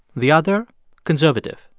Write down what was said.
the other conservative.